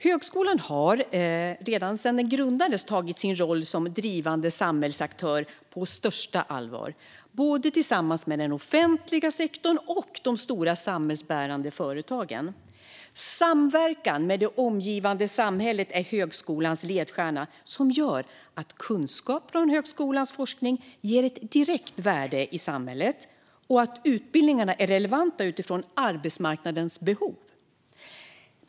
Högskolan har sedan den grundades tagit sin roll som drivande samhällsaktör på största allvar, tillsammans med både den offentliga sektorn och de stora samhällsbärande företagen. Samverkan med det omgivande samhället är högskolans ledstjärna. Det gör att kunskap från högskolans forskning ger direkt värde i samhället och att utbildningarna är relevanta utifrån arbetsmarknadens behov.